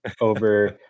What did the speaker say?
over